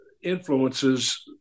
influences